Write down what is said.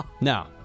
No